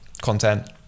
content